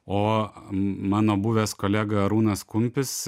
o mano buvęs kolega arūnas kumpis